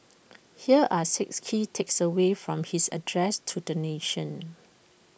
here are six key takeaways from his address to the nation